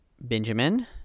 Benjamin